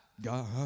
god